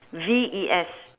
V E S